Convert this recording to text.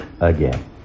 again